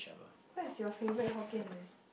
where's your favourite Hokkien-Mee